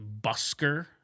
busker